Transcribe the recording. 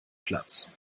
platz